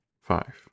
five